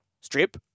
strip